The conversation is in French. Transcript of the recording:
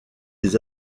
des